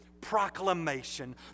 proclamation